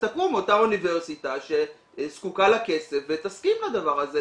תקום אוניברסיטה שזקוקה לכסף ותסכים לדבר הזה,